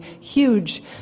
huge